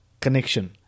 connection